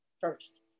first